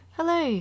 Hello